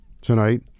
tonight